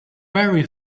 very